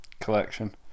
collection